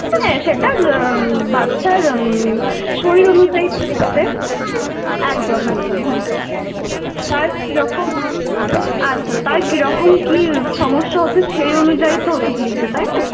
হ্যাঁ সেটা বাচ্চার শরীর অনুযায়ী দেখবে একদম একদম হ্যাঁ তার কীরকম আচ্ছা তার কীরকম কী সমস্যা হচ্ছে সেই অনুযায়ী তো ওষুধ লিখবে তাই না